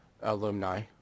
alumni